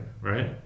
right